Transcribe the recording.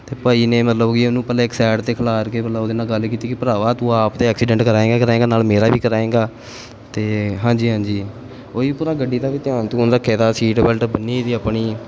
ਅਤੇ ਭਾਅ ਜੀ ਨੇ ਮਤਲਬ ਕਿ ਉਹਨੂੰ ਪਹਿਲਾਂ ਇੱਕ ਸਾਈਡ 'ਤੇ ਖਿਲਾਰ ਕੇ ਪਹਿਲਾਂ ਉਹਦੇ ਨਾਲ ਗੱਲ ਕੀਤੀ ਕਿ ਭਰਾਵਾ ਤੂੰ ਆਪ ਤਾਂ ਐਕਸੀਡੈਂਟ ਕਰਵਾਏਂਗਾ ਕਰਵਾਏਂਗਾ ਨਾਲ ਮੇਰਾ ਵੀ ਕਰਵਾਏਂਗਾ ਅਤੇ ਹਾਂਜੀ ਹਾਂਜੀ ਉਹੀ ਭਰਾ ਗੱਡੀ ਦਾ ਵੀ ਧਿਆਨ ਧਿਯੂਨ ਰੱਖਿਆ ਕਰ ਸੀਟ ਬੈਲਟ ਬੰਨ੍ਹੀ ਦੀ ਆਪਣੀ